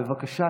בבקשה,